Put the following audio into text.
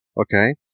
Okay